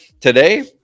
Today